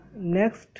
next